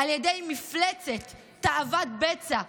על ידי מפלצת תאבת בצע,